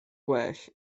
gwell